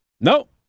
Nope